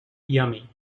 yummy